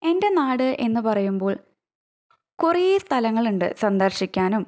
എന്റെ നാട് എന്ന് പറയുമ്പോൾ കുറെ സ്ഥലങ്ങളുണ്ട് സന്ദർശിക്കാനും